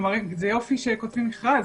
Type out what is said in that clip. זה יופי שכותבים מכרז,